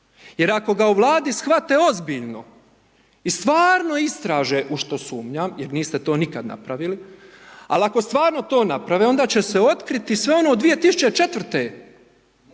jer ako ga u Vladi shvate ozbiljno i stvarno istraže, u što sumnjam, jer niste to nikada napravili, al ako stvarno to naprave, onda će se otkriti sve ono 2004.-te.